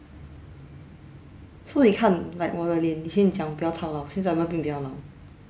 so 是不是你看 like 我的脸以前你讲我比较 chao lao 现在有没有变比较老